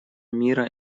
мира